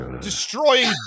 destroying